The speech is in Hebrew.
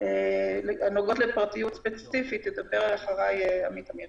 הנוגעות לפרטיות ספציפית, ידבר אחריי עמית אמיר